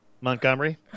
montgomery